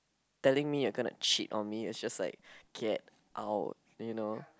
telling me you're gonna cheat on me it's just like get out you know